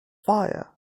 fire